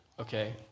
okay